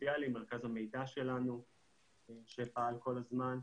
הסוציאלי ומרכז המידע שלנו שפעל כל הזמן.